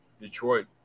Detroit